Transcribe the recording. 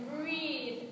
breathe